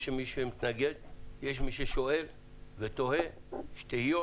יש מי שמתנגד, יש מי ששואל ותוהה, יש תהיות.